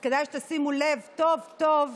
שעובדים בו כי הם מבינים את גודל המשימה.